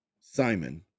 Simon